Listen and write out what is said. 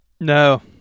No